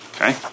Okay